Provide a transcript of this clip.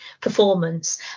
performance